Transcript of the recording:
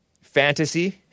fantasy